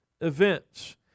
events